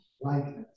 likeness